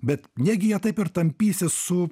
bet negi jie taip ir tampysis su